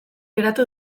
geratu